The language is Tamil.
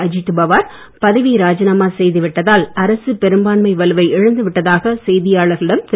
அஜித் பவார் பதவியை ராஜிநாமா செய்து விட்டதால் அரசு பெரும்பான்மை வலுவை இழந்து விட்டதாக செய்தியாளர்களிடம் திரு